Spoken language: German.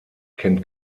kennt